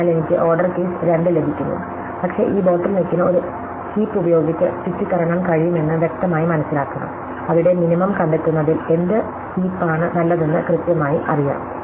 അതിനാൽ എനിക്ക് order case രണ്ട് ലഭിക്കുന്നു പക്ഷേ ഈ ബോട്ടിൽ നെക്കിന് ഒരു ഹീപ് ഉപയോഗിച്ച് ചുറ്റിക്കറങ്ങാൻ കഴിയുമെന്ന് വ്യക്തമായി മനസ്സിലാക്കണം അവിടെ മിനിമം കണ്ടെത്തുന്നതിൽ എന്ത് കൂമ്പാരമാണ് നല്ലതെന്ന് കൃത്യമായി അറിയാം